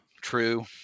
true